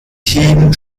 team